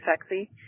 sexy